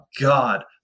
god